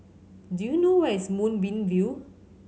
do you know where is Moonbeam View